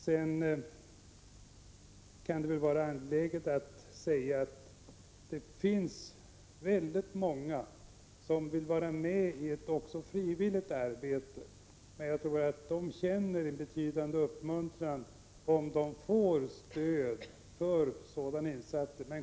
Det kan vara angeläget att säga att det finns väldigt många som vill vara med i ett frivilligt arbete. Jag tror att de känner en betydande uppmuntran om de får stöd för sådana insatser.